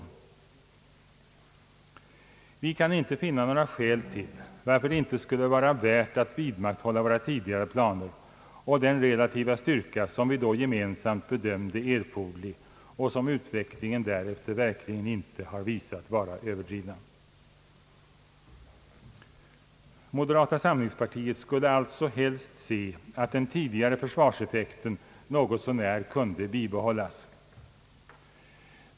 Vi kan inte finna några skäl till att det inte skulle vara värt att vidmakthålla våra tidigare planer och den relativa styrka som vi då gemensamt bedömde erforderlig och som utvecklingen därefter verkligen inte visat vara överdrivna. Moderata samlingspartiet skulle alltså helst se att den tidigare försvarseffekten något så när kunde bibehållas.